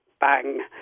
bang